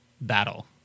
battle